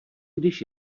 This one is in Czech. když